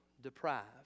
deprived